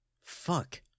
Fuck